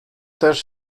też